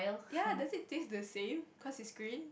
yea that's it taste the same cuz it's green